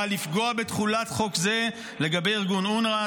לפגוע בתחולת חוק זה לגבי ארגון אונר"א,